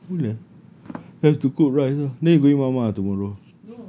mungkin boleh have to cook rice then you going mama tomorrow